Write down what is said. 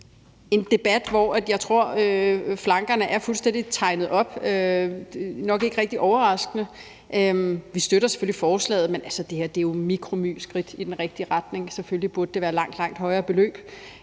en debat, hvor jeg tror flankerne er tegnet fuldstændig op, og det er nok ikke rigtig overraskende. Vi støtter selvfølgelig forslaget, men altså, det her er jo mikromyskridt i den rigtige retning. Selvfølgelig burde det være langt, langt højere beløb,